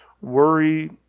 Worry